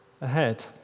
ahead